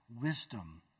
wisdom